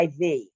IV